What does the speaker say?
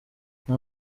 nta